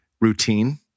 routine